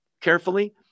carefully